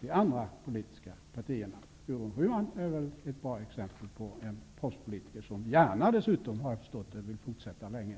de andra politiska partierna. Gudrun Schyman är väl ett bra exempel på en proffspolitiker, som dessutom -- efter vad jag har förstått -- gärna vill fortsätta länge än.